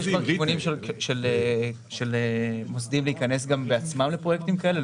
של מוסדיים להכנס גם בעצמם לפרויקט כאלה?